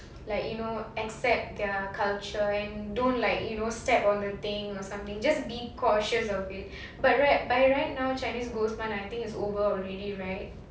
like you know accept their culture and don't like you know step on the thing or something just be cautious of it but right by right now chinese ghost month I think is over already right